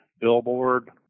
billboard